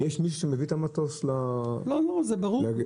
יש מי שמביא את המטוס ל --- זה ברור.